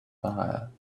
fire